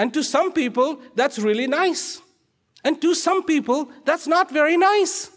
and to some people that's really nice and to some people that's not very nice